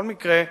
בכל מקרה,